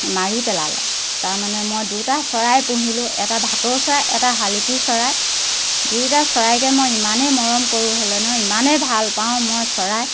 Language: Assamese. মাৰি পেলালে তাৰমানে মই দুটা চৰাই পুহিলোঁ এটা ভাটৌ চৰাই এটা শালিকী চৰাই দুইটা চৰাইকে মই ইমানেই মৰম কৰোঁ হ'লে ন ইমানেই ভাল পাওঁ মই চৰাই